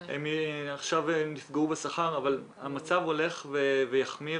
עכשיו הם נפגעו בשכר אבל המצב ילך ויחמיר.